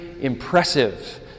impressive